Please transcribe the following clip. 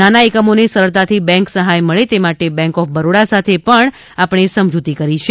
નાના એકમોને સરળતાથી બેન્ક સહાય મળે તે માટે બેન્ક ઓફ બરોડા સાથે પણ આપણે સમજ્ઞતી કરી છે